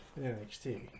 NXT